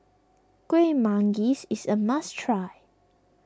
Kueh Manggis is a must try